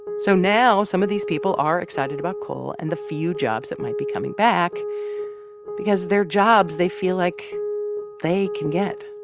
so now some of these people are excited about coal and the few jobs that might be coming back because they're jobs they feel like they can get